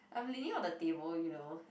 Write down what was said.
I'm leaning on the table you know